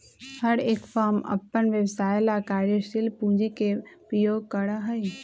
हर एक फर्म अपन व्यवसाय ला कार्यशील पूंजी के उपयोग करा हई